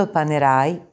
Panerai